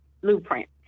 blueprint